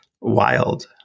wild